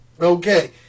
Okay